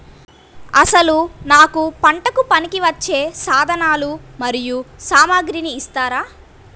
అసలు నాకు పంటకు పనికివచ్చే సాధనాలు మరియు సామగ్రిని ఇస్తారా?